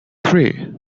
three